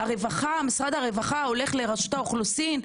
משרד הרווחה הולך לרשות האוכלוסין?